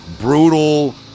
brutal